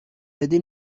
بدی